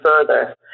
further